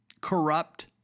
corrupt